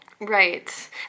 Right